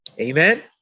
Amen